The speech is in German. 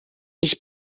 ich